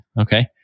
Okay